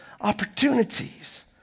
opportunities